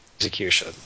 execution